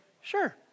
sure